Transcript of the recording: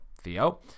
Theo